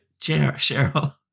Cheryl